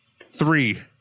Three